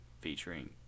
featuring